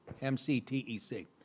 M-C-T-E-C